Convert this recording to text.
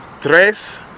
Tres